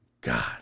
God